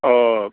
अ